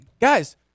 guys